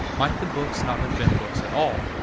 might the books not have been books at all,